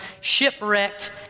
shipwrecked